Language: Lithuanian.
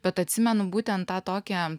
bet atsimenu būtent tą tokią